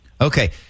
Okay